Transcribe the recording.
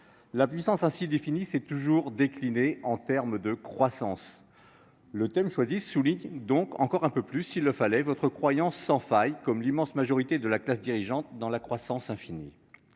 La puissance ainsi définie s'est toujours déclinée en termes de croissance. Le thème de ce débat souligne donc encore un peu plus, s'il le fallait, votre croyance sans faille, à l'instar de l'immense majorité de la classe dirigeante, dans une croissance infinie.